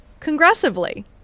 congressively